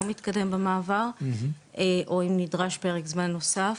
מתקדם במעבר או אם נדרש פרק זמן נוסף.